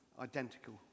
identical